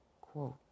Quote